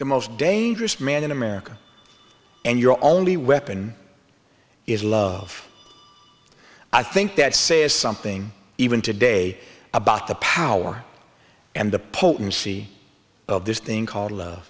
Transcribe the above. the most dangerous man in america and your only weapon is i think that says something even today about the power and the potency of this thing called